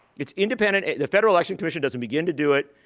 it's independent. the federal election commission doesn't begin to do it.